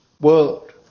world